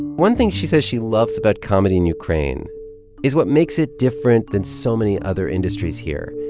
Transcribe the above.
one thing she says she loves about comedy in ukraine is what makes it different than so many other industries here.